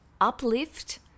uplift